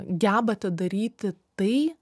gebate daryti tai